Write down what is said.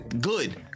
good